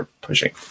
pushing